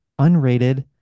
unrated